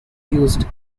used